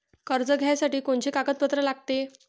कर्ज घ्यासाठी कोनचे कागदपत्र लागते?